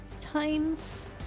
time's